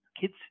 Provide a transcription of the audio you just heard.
kids